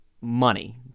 money